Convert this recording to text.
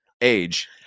age